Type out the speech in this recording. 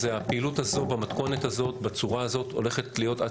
הפעילות הזאת במתכונת הזאת בצורה הזאת הולכת להיות עד